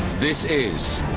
this is